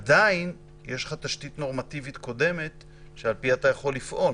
עדיין יש לך תשתית נורמטיבית קודמת שעל פיה אתה יכול לפעול.